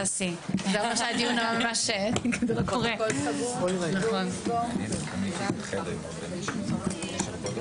הישיבה ננעלה בשעה 10:55.